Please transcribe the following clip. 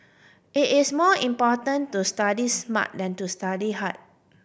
it is more important to study smart than to study hard